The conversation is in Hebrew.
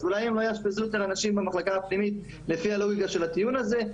אז לפי הלוגיקה של הטיעון הזה,